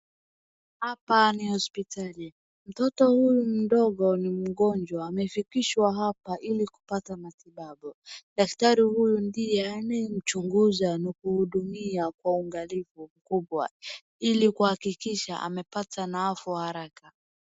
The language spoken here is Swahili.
Hapa ni hospitali, mtoto huyu mdogo ni mgonjwa, amefikishwa hapa ili kupata matibabu, daktari huyu ndiye anayemchunguza na kumhudumia kwa uangalifu mkubwa ili kuhakikisha amepata nafuu haraka.